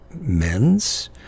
men's